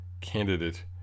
candidate